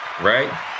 right